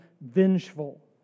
vengeful